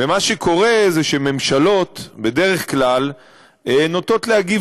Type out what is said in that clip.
ומה שקורה זה שממשלות בדרך כלל נוטות להגיב